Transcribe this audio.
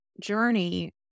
journey